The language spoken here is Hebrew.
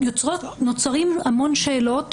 נוצרות המון שאלות,